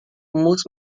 muss